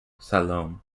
salome